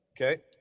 Okay